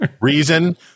Reason